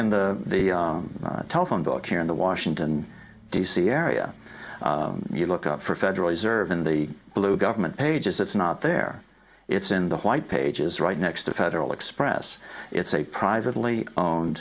the telephone book here in the washington d c area you look up for federal reserve and the blue government pages it's not there it's in the white pages right next to federal express it's a privately owned